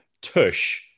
Tush